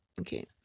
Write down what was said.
Okay